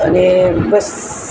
અને બસ